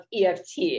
EFT